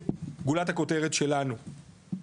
גולת הכותרת שלנו,